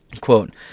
Quote